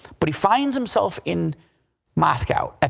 but he finds himself in moscow. and